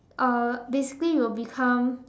uh basically you'll become